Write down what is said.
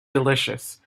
delicious